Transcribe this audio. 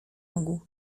mógł